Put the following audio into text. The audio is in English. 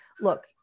look